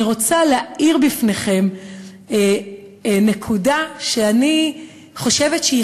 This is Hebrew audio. אני רוצה להאיר בפניכם נקודה שאני חושבת שהיא